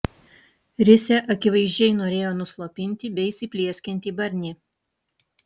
risia akivaizdžiai norėjo nuslopinti beįsiplieskiantį barnį